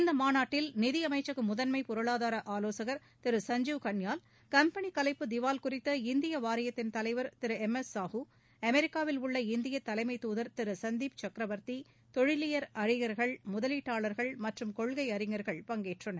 இந்த மாநாட்டில் நிதியமைச்சக முதன்மை பொருளாதார ஆலோசகர் திரு சஞ்சீவ் கன்யால் கம்பெனி கலைப்பு திவால் குறித்த இந்திய வாரியத்தின் தலைவர் திரு எம் எஸ் சாஹு அமெரிக்காவில் உள்ள இந்திய தலைமைத் தூதர் திரு சந்தீப் சன்வர்த்தி தொழிலியல் அழிஞர்கள் முதலீட்டாளர்கள் மற்றும் கொள்கை அறிஞர்கள் பங்கேற்றனர்